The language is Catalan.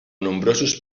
nombrosos